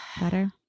better